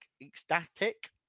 ecstatic